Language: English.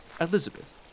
Elizabeth